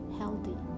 healthy